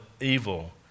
evil